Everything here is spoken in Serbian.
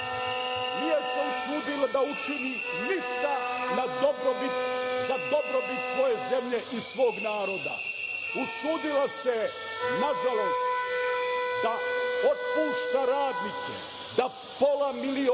nije se usudila da učini ništa za dobrobit svoje zemlje i svog naroda. Usudila se, nažalost, da otpušta radnike, da pola miliona